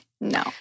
no